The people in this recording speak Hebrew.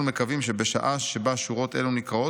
אנחנו מקווים שבשעה שבה שורות אלו נקראות,